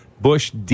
Bush